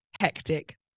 hectic